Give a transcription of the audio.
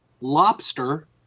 lobster